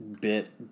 bit